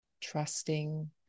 Trusting